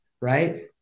right